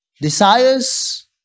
desires